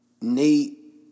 Nate